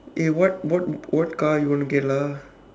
eh what what what car you wanna get lah